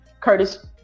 Curtis